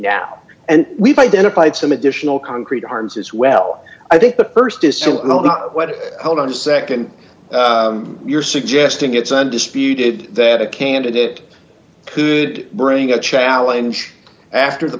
now and we've identified some additional concrete harms as well i think the st is to know what hold on a nd you're suggesting it's undisputed that a candidate could bring a challenge after the